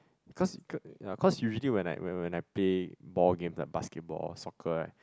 cause cause yeah cause usually when I when when I play ball game like basketball or soccer right